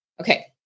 Okay